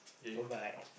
goodbye